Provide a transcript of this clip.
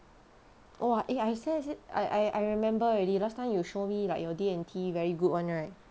!wah! eh I see I see I I I remember already last time you show me like your D&T very good [one] right